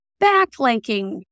backlinking